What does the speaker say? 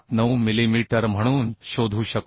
79 millimetre म्हणून शोधू शकतो